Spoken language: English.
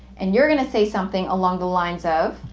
and you're going to say something along the lines of,